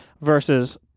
versus